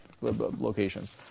locations